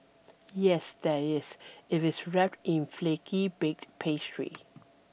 yes there is if it's wrapped in flaky baked pastry